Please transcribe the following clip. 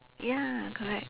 ya correct